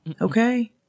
Okay